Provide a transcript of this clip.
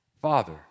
Father